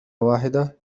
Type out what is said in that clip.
واحدة